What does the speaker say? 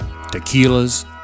tequilas